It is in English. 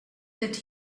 that